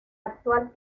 actual